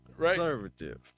Conservative